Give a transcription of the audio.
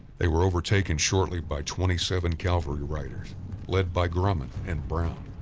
they were overtaken shortly by twenty seven cavalry riders led by grummond and brown.